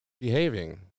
behaving